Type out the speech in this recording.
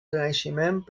renaixement